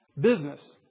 business